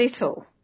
little